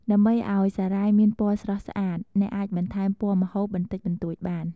ដើម្បីឱ្យសារាយមានពណ៌ស្រស់ស្អាត អ្នកអាចបន្ថែមពណ៌ម្ហូបបន្តិចបន្តួចបាន។